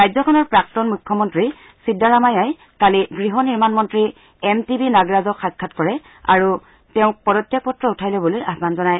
ৰাজ্যখনৰ প্ৰাক্তন মুখ্যমন্ত্ৰী চিদ্দাৰামাইয়াহই কালি গৃহ নিৰ্মাণ মন্ত্ৰী এম টি বি নাগৰাজক সাক্ষাৎ কৰে আৰু তেওঁক পদত্যাগ পত্ৰ উঠাই লবলৈ আহবান জনায়